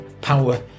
power